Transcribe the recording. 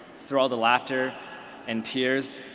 through all the laughter and tears,